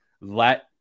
Let